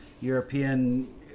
European